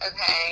okay